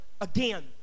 again